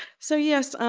so yes,